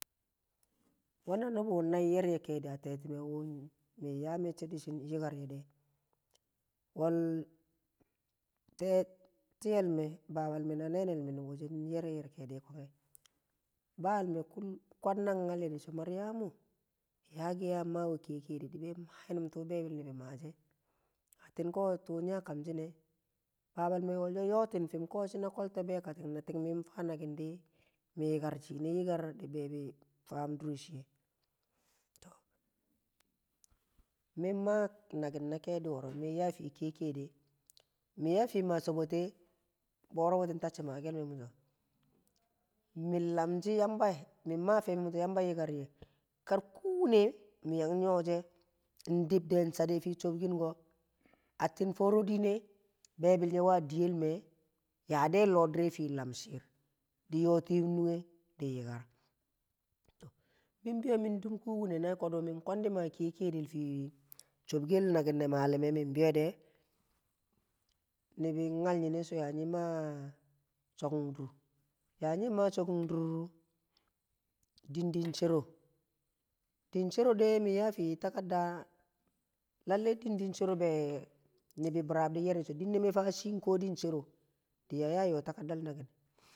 Weh na nubu nal yerye keedi temime min yaa mecce dishin yikaryede wal te- tiyelme baba me na nenel me nubu she yer ye yer keedu kwanghu bal me kwad nag nyal ye so maryamu yaa ke ya maa keyekin di yang maa tuu bebil nibi maashe, atin ko tuu nyi a kamshi̱ne̱ Babal me̱ wolsho yootin fim ko shina kolto bekatin na min faa nakin di, mi yikar shine̱ yikar di bebi faam dure shiye. Min mai nakin na keedi koro min ya a fii kiye kede mii yaa afii ma shobote, booro buti taccin ka makel me misho, min lamshi yamba min maa feeme miso yamba kar kubune mi yang nyo shiye, ndib de n chade ndib fi chobkin ko atin foro dine̱ bebil nye wa diyel me yaade loo dire fii lamkel shir di yotin shinun nungke din yikar shi min biyo min dum kibune kodu min kwandi maa keye kede fii chobkel nakin ne malume min biye de nibi nyal nyine sho ya nyi ma a chokum dur nying ma chokun dur, din din chero din cherode̱ min ya a fii yi takital lallai din din chero, nibi birab yerye sho inne me fa din chero di nya yan nyiwe takital ta nakin.